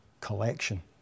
collection